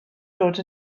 dod